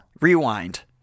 Rewind